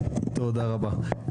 תודה רבה,